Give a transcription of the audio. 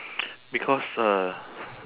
because uh